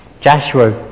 Joshua